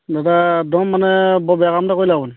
দাদা একদম মানে বৰ বেয়া কাম এটা কৰিলে আপুনি